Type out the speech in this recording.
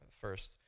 first